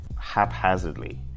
haphazardly